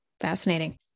Fascinating